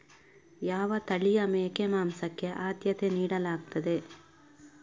ಯಾವ ತಳಿಯ ಮೇಕೆ ಮಾಂಸಕ್ಕೆ ಆದ್ಯತೆ ನೀಡಲಾಗ್ತದೆ?